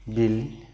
bill